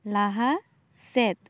ᱞᱟᱦᱟ ᱥᱮᱫ